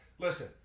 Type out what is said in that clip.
Listen